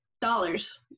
dollars